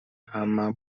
عمم